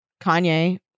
Kanye